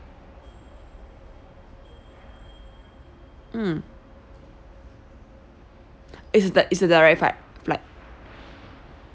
mm it's the it's the direct flight flight